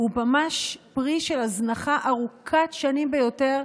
הוא ממש פרי של הזנחה ארוכת שנים ביותר,